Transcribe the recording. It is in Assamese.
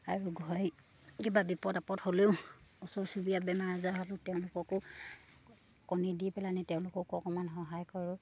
আৰু ঘৰ কিবা বিপদ আপদ হ'লেও ওচৰ চুবুৰীয়া বেমাৰ আজাৰ হ'লেও তেওঁলোককো কণী দি পেলানি তেওঁলোককো অকণমান সহায় কৰোঁ